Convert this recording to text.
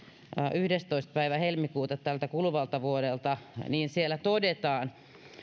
yhdenneltätoista päivältä helmikuuta tältä kuluvalta vuodelta siellä todetaan